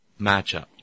matchup